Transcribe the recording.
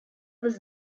was